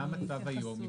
מה המצב היום,